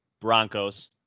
Broncos